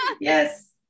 yes